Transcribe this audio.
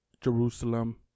Jerusalem